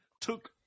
took